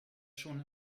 schon